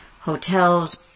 hotels